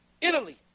Italy